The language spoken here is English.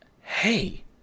hey